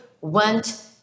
went